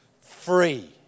free